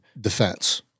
defense